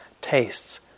tastes